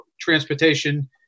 transportation